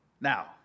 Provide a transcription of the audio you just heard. Now